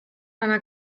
einer